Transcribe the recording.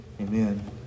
Amen